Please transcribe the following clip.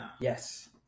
Yes